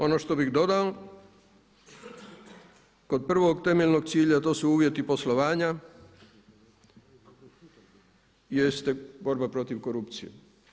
Ono što bih dodao kod prvog temeljnog cilja to su uvjeti poslovanja i jeste borba protiv korupcije.